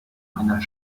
einer